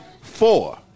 Four